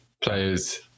players